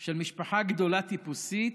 של משפחה גדולה טיפוסית,